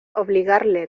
obligarle